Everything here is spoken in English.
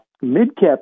mid-cap